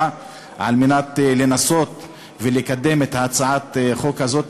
על מנת לנסות ולקדם את הצעת החוק הזו,